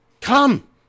come